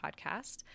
Podcast